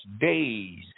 days